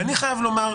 אני חייב לומר,